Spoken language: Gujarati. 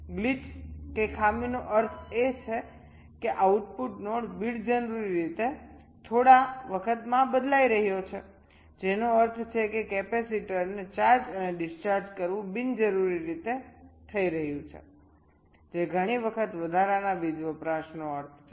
ગ્લિચ કે ખામીનો અર્થ એ છે કે આઉટપુટ નોડ બિનજરૂરી રીતે થોડા વખત બદલાઈ રહ્યો છે જેનો અર્થ છે કે કેપેસિટરને ચાર્જ અને ડિસ્ચાર્જ કરવું બિનજરૂરી રીતે થઈ રહ્યું છે જે ઘણી વખત વધારાના વીજ વપરાશનો અર્થ છે